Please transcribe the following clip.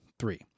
Three